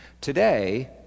Today